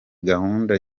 gahunda